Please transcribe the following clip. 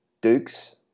Dukes